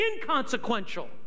Inconsequential